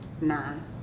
Nine